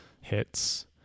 hits